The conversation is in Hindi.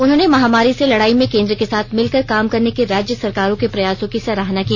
उन्होंने महामारी से लड़ाई में केन्द्र के साथ मिलकर काम करने के राज्य सरकारों के प्रयासों की सराहना की